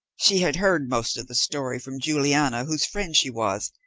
she had heard most of the story from juliana, whose friend she was,